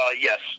Yes